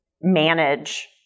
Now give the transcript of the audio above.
manage